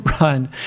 run